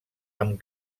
amb